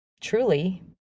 Truly